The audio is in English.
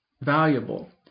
valuable